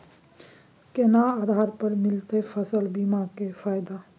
केना आधार पर मिलतै फसल बीमा के फैदा?